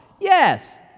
Yes